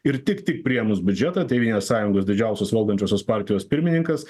ir tik tik priėmus biudžetą tėvynės sąjungos didžiausios valdančiosios partijos pirmininkas